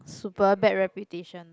super bad reputation